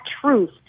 truth